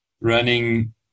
running